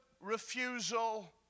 refusal